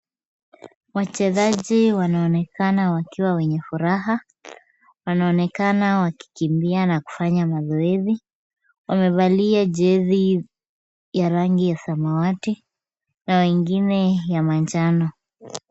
Wachezaji wanaonekana wakiwa wenye furaha. Wanaonekana wakikimbia na kufanya mazoezi. Wamevalia jezi ya rangi ya samawati na wengine ya manjano.